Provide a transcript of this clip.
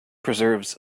preserves